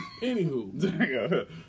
Anywho